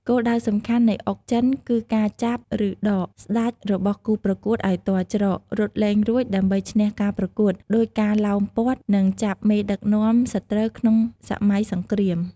គោលបំណងសំខាន់នៃអុកចិនគឺការ «ចាប់» ឬ «ដក» «ស្តេច» របស់គូប្រកួតឱ្យទាល់ច្រក រត់លែងរួចដើម្បីឈ្នះការប្រកួត ដូចការឡោមព័ទ្ធ និងចាប់មេដឹកនាំសត្រូវក្នុងសម័យសង្គ្រាម។